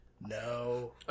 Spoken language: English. no